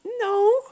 No